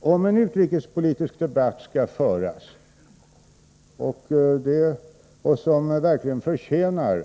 Om vi skall föra en utrikespolitisk debatt som verkligen förtjänar